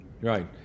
Right